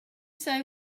say